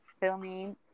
filming